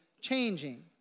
changing